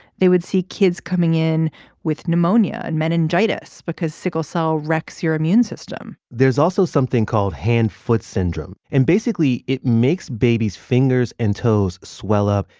they would see kids coming in with pneumonia and meningitis because sickle cell wrecks your immune system there's also something called hand-foot syndrome. and basically, it makes babies' fingers and toes swell up,